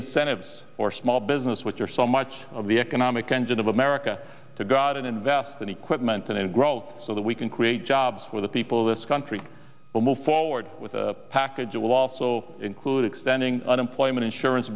incentives for small business which are so much of the economic engine of america to god and invest in equipment and growth so that we can create jobs for the people of this country will move forward with a package that will also include extending unemployment insurance